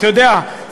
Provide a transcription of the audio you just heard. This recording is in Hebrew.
אתה יודע,